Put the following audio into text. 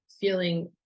feeling